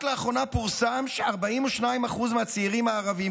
רק לאחרונה פורסם ש-42% מהצעירים הערבים,